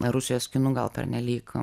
rusijos kinu gal pernelyg